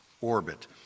orbit